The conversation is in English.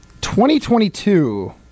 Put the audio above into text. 2022